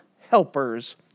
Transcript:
helpers